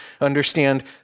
understand